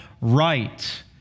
right